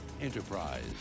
Enterprise